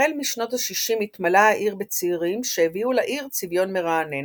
החל משנות השישים התמלאה העיר בצעירים שהביאו לעיר צביון מרענן.